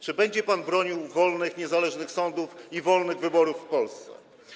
Czy będzie pan bronił wolnych, niezależnych sądów i wolnych wyborów w Polsce?